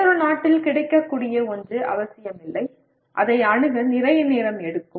வேறொரு நாட்டில் கிடைக்கக்கூடிய ஒன்று அவசியமில்லை அதை அணுக நிறைய நேரம் எடுக்கும்